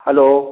hello